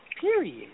Period